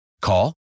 Call